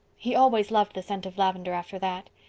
he always loved the scent of lavendar after that.